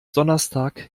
donnerstag